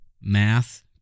math